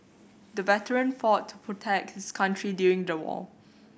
the veteran fought protect his country during the war